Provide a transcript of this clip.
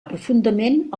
profundament